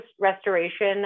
restoration